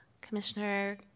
commissioner